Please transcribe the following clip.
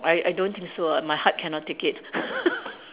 I I don't think so lah my heart cannot take it